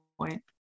point